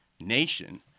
nation